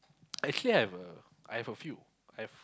actually I've a I have a few I've